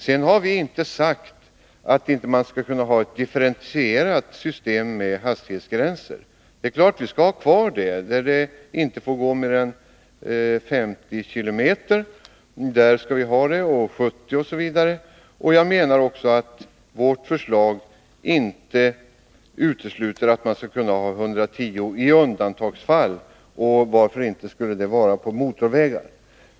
Sedan har vi sagt att man skulle kunna ha ett differentierat system med hastighetsgränser. Det är klart att vi skall ha kvar 50 och 70-kilometersgränserna. Vårt förslag utesluter inte att man skall tillåta 110 km/tim i undantagsfall. Varför inte på motorvägarna?